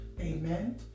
Amen